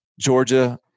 Georgia